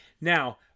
Now